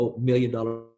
million-dollar